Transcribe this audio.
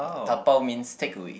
dabao means takeaway